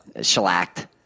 shellacked